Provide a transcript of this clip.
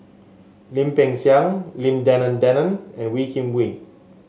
Lim Peng Siang Lim Denan Denon and Wee Kim Wee